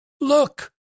look